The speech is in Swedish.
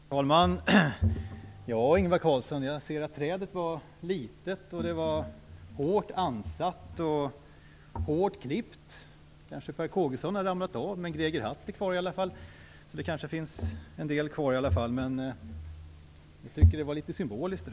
Herr talman! Jag ser, Ingvar Carlsson, att trädet är litet, hårt ansat och väl klippt. - Kanske har Per Kågeson ramlat av, men Greger Hatt och en del andra finns i alla fall kvar. Jag tycker att det där trädet är litet symboliskt.